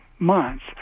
Months